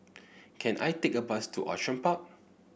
can I take a bus to Outram Park